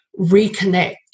reconnect